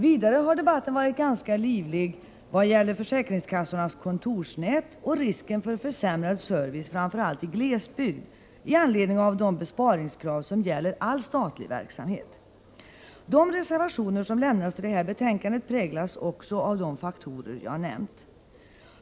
Vidare har debatten varit ganska livlig vad gäller försäkringskassornas kontorsnät och risken för försämrad service framför allt i glesbygd i anledning av de besparingskrav som gäller all statlig verksamhet. De reservationer som lämnats till detta betänkande präglas också av de faktorer jag nämnt.